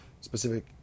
specific